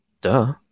duh